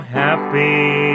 happy